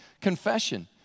confession